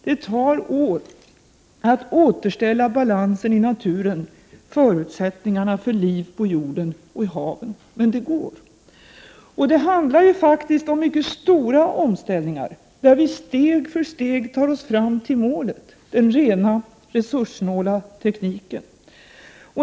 Det tar år att återställa balansen i naturen — förutsättningarna för liv på jorden och i haven. Men det går. Det handlar om mycket stora omställningar, där vi steg för steg tar oss fram till målet, den rena resurssnåla tekniken.